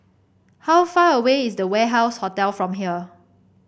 how far away is The Warehouse Hotel from here